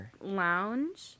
lounge